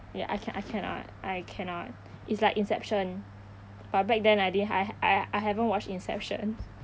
ya I I can~ I cannot I cannot it's like inception but back then I didn't I I I haven't watched inception